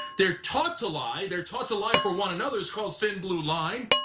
they're taught to lie, they're taught to lie for one another is called thin blue line,